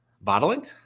Bottling